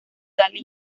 dalí